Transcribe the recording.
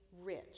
rich